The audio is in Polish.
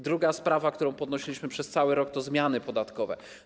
Druga sprawa, którą podnosiliśmy przez cały rok, to zmiany podatkowe.